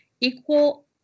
equal